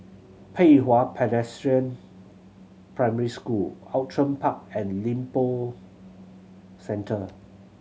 Pei Hwa Presbyterian Primary School Outram Park and Lippo Centre